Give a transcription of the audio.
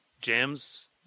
jams